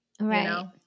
Right